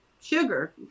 sugar